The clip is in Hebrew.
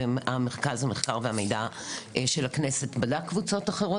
ומרכז המחקר והמידע של הכנסת בדק קבוצות אחרות,